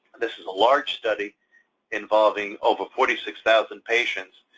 this is a large study involving over forty six thousand patients,